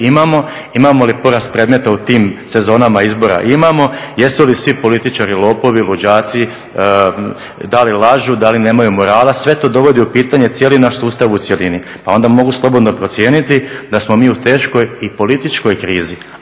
imamo li porast predmeta u tim sezonama izbora-imamo, jesu li svi političari lopovi, luđaci, da li lažu, da li nemaju morala, sve to dovodi u pitanje cijeli naš sustav u cjelini pa onda mogu slobodno procijeniti da smo mi u teškoj i političkoj krizi.